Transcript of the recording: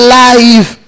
life